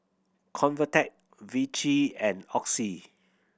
Convatec Vichy and Oxy